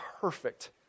perfect